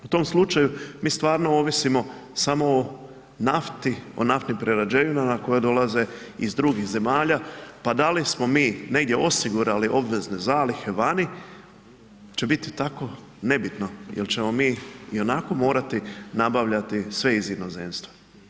U tom slučaju mi stvarno ovisimo samo o nafti, o naftnim prerađevinama koje dolaze iz drugih zemalja, pa da li smo mi negdje osigurali obvezne zalihe vani će biti tako nebitno jel ćemo mi i onako morati nabavljati sve iz inozemstva.